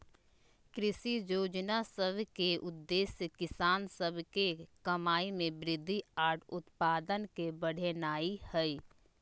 कृषि जोजना सभ के उद्देश्य किसान सभ के कमाइ में वृद्धि आऽ उत्पादन के बढ़ेनाइ हइ